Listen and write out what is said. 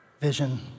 vision